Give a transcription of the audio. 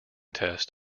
test